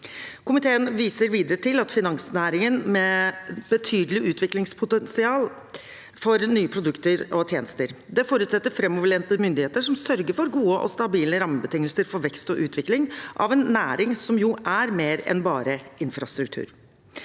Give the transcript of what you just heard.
Komiteen viser videre til at finansnæringen har betydelig utviklingspotensial for nye produkter og tjenester. Det forutsetter framoverlente myndigheter som sørger for gode og stabile rammebetingelser for vekst og utvikling i en næring som jo er mer enn bare infrastruktur.